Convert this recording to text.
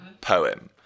poem